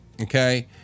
Okay